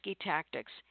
tactics